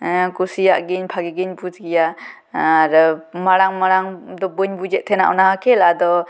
ᱠᱩᱥᱤᱭᱟᱜ ᱜᱮᱭᱟᱹᱧ ᱵᱷᱟ ᱜᱮ ᱜᱤᱧ ᱵᱩᱡᱽ ᱜᱮᱭᱟ ᱟᱨ ᱢᱟᱲᱟᱝ ᱢᱟᱲᱟᱝ ᱫᱚ ᱵᱟᱹᱧ ᱵᱩᱡᱮᱫ ᱛᱟᱦᱮᱱᱟ ᱚᱱᱟ ᱠᱷᱮᱞ ᱟᱫᱚ